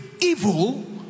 evil